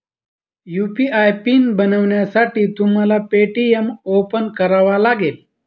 UPI PIN बनवण्यासाठी तुम्हाला Paytm open करावा लागेल